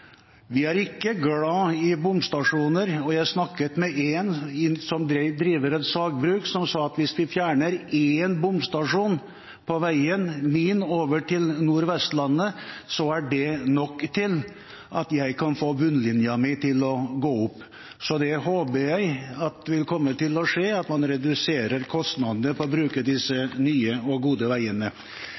Vi er ikke glad i bomstasjoner, og jeg snakket med en som driver et sagbruk som sa at hvis en fjerner én bomstasjon på veien hans over til Nordvestlandet, er det nok til at han kan få bunnlinjen sin til å gå opp. Så det håper jeg vil komme til å skje – at man reduserer kostnadene ved å bruke disse nye og gode veiene.